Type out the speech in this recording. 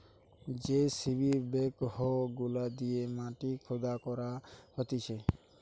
JCB backhoe গুলা দিয়ে মাটি খুদা করা হতিছে